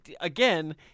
again